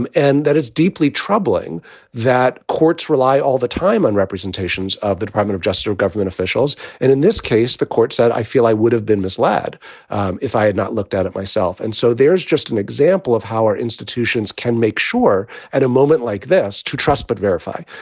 and and that is deeply troubling that courts rely all the time on representations of the department of justice government of. and in this case, the court said, i feel i would have been misled if i had not looked out at myself. and so there's just an example of how our institutions can make sure at a moment like this to trust but verify,